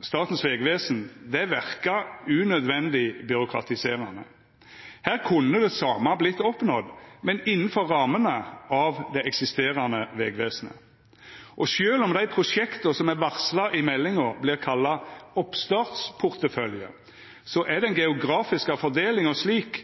Statens vegvesen, verkar unødvendig byråkratiserande. Her kunne det same vorte oppnådd innanfor rammene av det eksisterande vegvesenet. Og sjølv om dei prosjekta som er varsla i meldinga, vert kalla oppstartsportefølje, så er den geografiske fordelinga slik